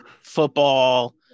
football